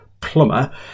plumber